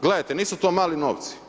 Gledajte, nisu to mali novci.